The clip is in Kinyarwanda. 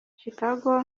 chicago